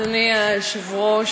אדוני היושב-ראש,